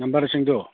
ꯅꯝꯕꯔꯁꯤꯡꯗꯣ